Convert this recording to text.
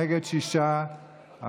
נגד, שישה.